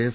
S